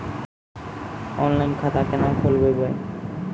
Online खाता केना खोलभैबै?